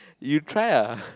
you try ah